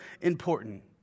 important